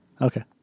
Okay